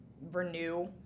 renew